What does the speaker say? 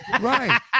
right